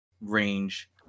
range